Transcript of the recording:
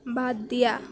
বাদ দিয়া